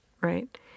Right